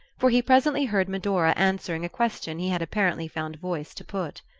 for he presently heard medora answering a question he had apparently found voice to put.